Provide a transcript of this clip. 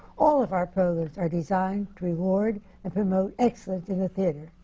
all of our programs are designed to reward and promote excellence in the theatre,